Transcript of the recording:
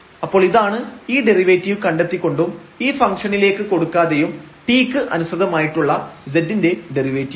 അപ്പോൾ ഇതാണ് ഈ ഡെറിവേറ്റീവ് കണ്ടെത്തി കൊണ്ടും ഈ ഫംഗ്ഷനിലേക്ക് കൊടുക്കാതെയും t ക്ക് അനുസൃതമായിട്ടുള്ള z ൻറെ ഡെറിവേറ്റീവ്